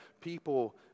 people